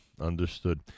Understood